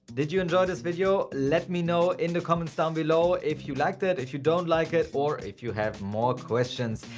did you enjoy this video? let me know in the comments down below if you liked it, if you don't like it, or if you have more questions.